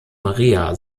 maria